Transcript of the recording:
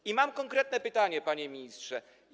I mam konkretne pytanie, panie ministrze: